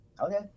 Okay